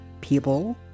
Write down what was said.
People